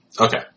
Okay